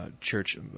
church